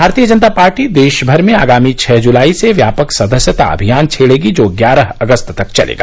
भारतीय जनता पार्टी देशमर में आगामी छः जुलाई से व्यापक सदस्यता अभियान छेड़ेगी जो ग्यारह अगस्त तक चलेगा